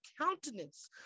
countenance